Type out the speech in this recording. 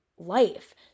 life